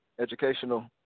educational